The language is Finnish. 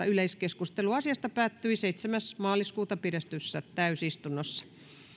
yleiskeskustelu asiasta päättyi seitsemäs kolmatta kaksituhattayhdeksäntoista pidetyssä täysistunnossa